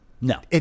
no